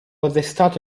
arrestato